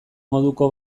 moduko